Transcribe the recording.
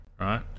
right